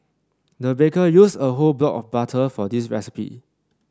the baker used a whole block of butter for this recipe